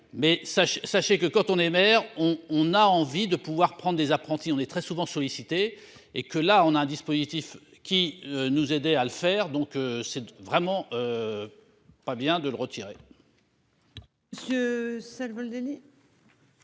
sachez que quand on est maire on on a envie de pouvoir prendre des apprentis. On est très souvent sollicitée et que là on a un dispositif qui nous aider à le faire, donc c'est vraiment. Pas bien de le retirer.-- Ce seul vol